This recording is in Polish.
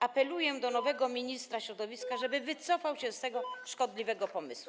Apeluję do nowego ministra środowiska, żeby wycofał się z tego szkodliwego pomysłu.